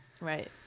Right